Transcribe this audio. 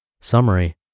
Summary